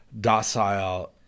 docile